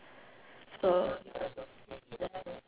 so